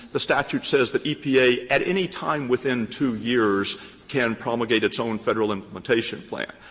the statute says that epa at any time within two years can promulgate its own federal implementation plan.